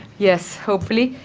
yes, hopefully.